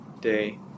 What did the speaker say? day